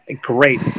Great